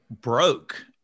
broke